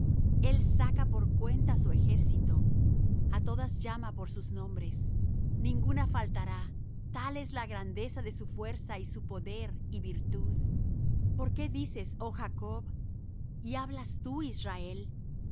él saca por cuenta su ejército á todas llama por sus nombres ninguna faltará tal es la grandeza de su fuerza y su poder y virtud por qué dices oh jacob y hablas tú israel